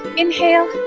inhale